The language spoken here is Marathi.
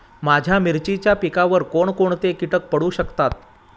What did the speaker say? माझ्या मिरचीच्या पिकावर कोण कोणते कीटक पडू शकतात?